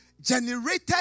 generated